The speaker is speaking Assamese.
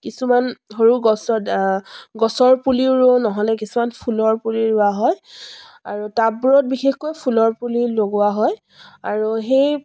কিছুমান সৰু গছত গছৰ পুলি ৰুওঁ নহ'লে কিছুমান ফুলৰ পুলি ৰোৱা হয় আৰু টাববোৰত বিশেষকৈ ফুলৰ পুলি লগোৱা হয় আৰু সেই